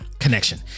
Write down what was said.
connection